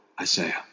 Isaiah